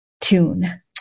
tune